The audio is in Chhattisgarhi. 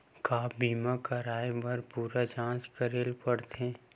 का बीमा कराए बर पूरा जांच करेला पड़थे?